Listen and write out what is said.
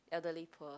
elderly poor